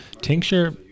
tincture